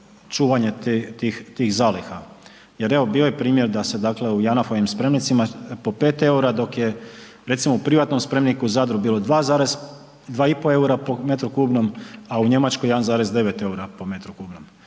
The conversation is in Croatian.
čuvanje tih zaliha, jer evo bio je primjer da se dakle u JANAF-ovim spremnicima po 5 EUR-a, dok je recimo u privatnom spremniku u Zadru bilo 2, 2 i po EUR-a po m3, a u Njemačkoj 1,9 po m3.